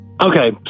Okay